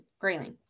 Grayling